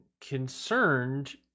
concerned